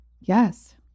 Yes